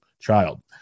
child